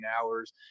hours